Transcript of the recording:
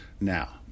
Now